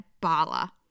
Bala